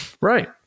Right